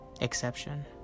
exception